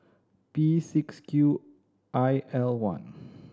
P six Q I L one